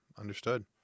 understood